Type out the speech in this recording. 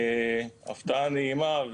הפתעה נעימה.